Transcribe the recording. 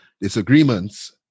disagreements